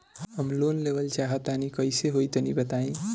हम लोन लेवल चाह तनि कइसे होई तानि बताईं?